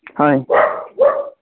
হয়